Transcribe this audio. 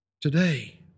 Today